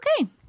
okay